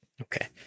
Okay